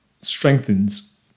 strengthens